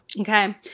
Okay